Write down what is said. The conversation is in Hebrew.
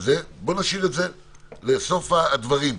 בואו נשאיר את זה לסוף הדברים,